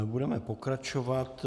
Budeme pokračovat.